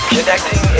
Connecting